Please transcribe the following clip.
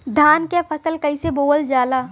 धान क फसल कईसे बोवल जाला?